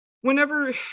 whenever